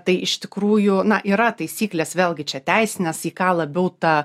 tai iš tikrųjų yra taisyklės vėlgi čia teisinės į ką labiau ta